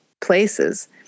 places